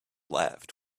laughed